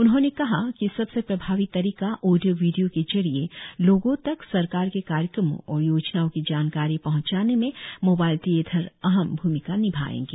उन्होंने कहा कि सबसे प्रभावी तरीका ऑडियो वीडियों के जरिए लोगों तक सरकार के कार्यक्रमो और योजनाओं की जानकारी पहंचाने में मोबाइल थियेटर अहम भूमिका निभाएंगी